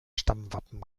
stammwappen